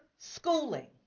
schooling